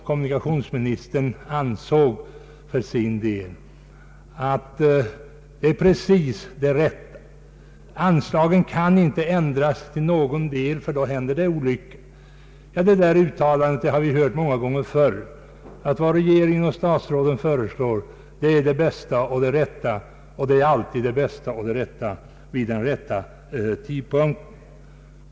Kommunikationsministern ansåg för sin del att vad regeringen föreslagit är det exakt riktiga: anslagen kan inte ändras i någon del för då händer en olycka. Sådana påståenden har vi hört många gånger tidigare. Vad regeringen och statsråden föreslår är alltid det bästa och kommer alltid vid den rätta tidpunkten.